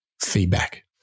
feedback